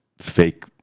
fake